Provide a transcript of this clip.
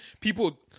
people